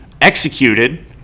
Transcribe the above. executed